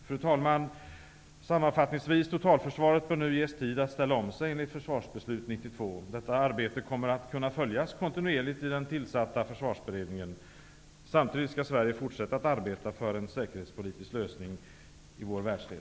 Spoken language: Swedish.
Fru talman! Totalförsvaret bör nu ges tid att ställa om sig i enlighet med Försvarsbeslut 92. Detta arbete kommer att kunna följas kontinuerligt i den tillsatta försvarsberedningen. Samtidigt skall Sverige fortsätta att arbeta för en säkerhetspolitisk lösning i vår världsdel.